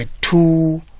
two